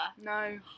No